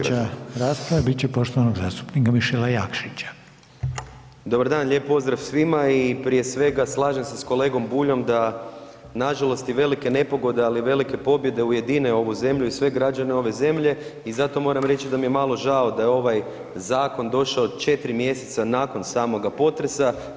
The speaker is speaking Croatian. Dobar dan, lijep pozdrav svima i prije svega, slažem se s kolegom Buljom da nažalost i velike nepogode, ali i velike pobjede ujedine ovu zemlju i sve građane ove zemlje i zato moram reći da mi je malo žao da je ovaj zakon došao 4 mjeseca nakon samoga potresa.